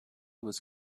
was